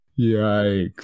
Yikes